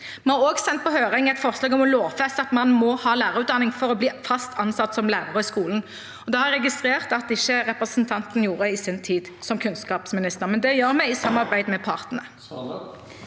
Vi har også sendt på høring et forslag om å lovfeste at man må ha lærerutdanning for å bli fast ansatt som lærer i skolen. Det har jeg registrert at representanten ikke gjorde i sin tid som kunnskapsminister, men det gjør vi, i samarbeid med partene.